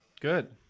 Good